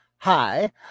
Hi